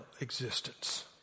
existence